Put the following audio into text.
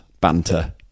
banter